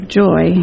joy